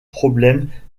problèmes